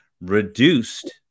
reduced